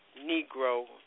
Negro